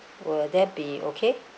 will that be okay